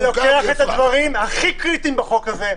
-- כי אתה בא ולוקח את הדברים הכי קריטיים בחוק הזה,